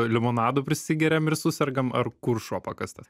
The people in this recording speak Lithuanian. limonadų prisigeriam ir susergam ar kur šuo pakastas